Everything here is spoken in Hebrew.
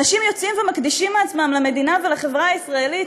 אנשים יוצאים ומקדישים מעצמם למדינה ולחברה הישראלית,